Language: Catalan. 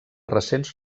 recents